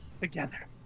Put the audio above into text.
together